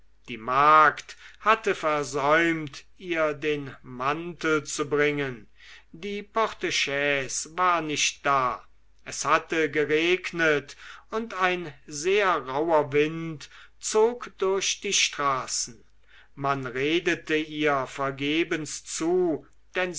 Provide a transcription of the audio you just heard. die magd hatte versäumt ihr den mantel zu bringen die portechaise war nicht da es hatte geregnet und ein sehr rauher wind zog durch die straßen man redete ihr vergebens zu denn